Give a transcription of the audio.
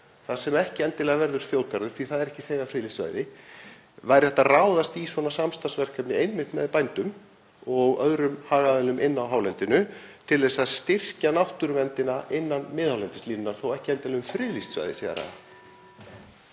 þar sem ekki endilega verður þjóðgarður því það eru ekki þegar friðlýst svæði? Væri hægt að ráðast í svona samstarfsverkefni einmitt með bændum og öðrum hagaðilum inni á hálendinu til að styrkja náttúruverndina innan miðhálendislínunnar þó ekki sé endilega um friðlýst svæði að